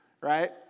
right